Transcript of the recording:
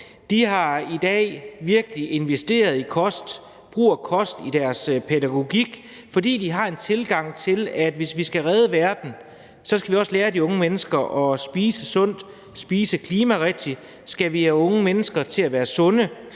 De har i dag virkelig investeret i brug af kost i deres pædagogik, fordi de har den tilgang, at hvis vi skal redde verden, skal vi også lære de unge mennesker at spise sundt og spise klimarigtigt, og skal vi have unge mennesker til at være sunde,